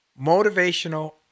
motivational